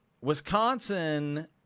Wisconsin